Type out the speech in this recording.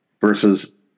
versus